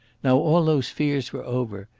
now all those fears were over.